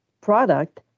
product